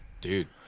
Dude